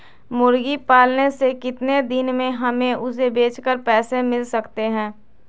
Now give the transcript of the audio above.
मुर्गी पालने से कितने दिन में हमें उसे बेचकर पैसे मिल सकते हैं?